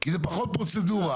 כי זאת פחות פרוצדורה.